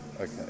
Okay